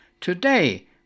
Today